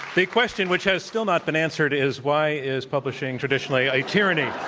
the question which has still not been answered is why is publishing traditionally a tyranny.